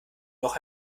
noch